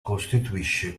costituisce